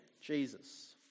Jesus